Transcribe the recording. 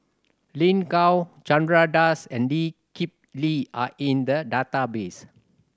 Lin Gao Chandra Das and Lee Kip Lee are in the database